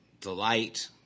delight